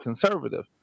conservative